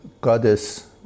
goddess